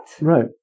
Right